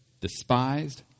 despised